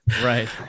right